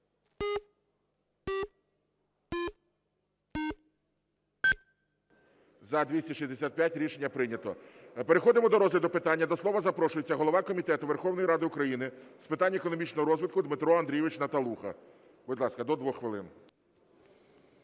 За-265 Рішення прийнято. Переходимо до розгляду питання. До слова запрошується голова Комітету Верховної Ради України з питань економічного розвитку Дмитро Андрійович Наталуха. Будь ласка, до двох хвилин.